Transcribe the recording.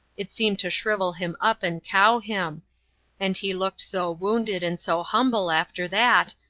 it seemed to shrivel him up and cow him and he looked so wounded and so humble after that,